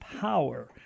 power